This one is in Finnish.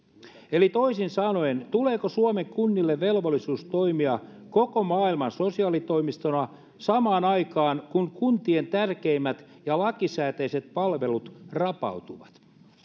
eli toisin sanoen tuleeko suomen kunnille velvollisuus toimia koko maailman sosiaalitoimistona samaan aikaan kun kuntien tärkeimmät ja lakisääteiset palvelut rapautuvat